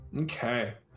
Okay